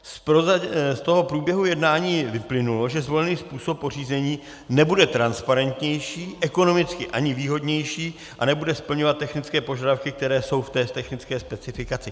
Z průběhu jednání vyplynulo, že zvolený způsob pořízení nebude transparentnější, ekonomicky ani výhodnější a nebude splňovat technické požadavky, které jsou v té technické specifikaci.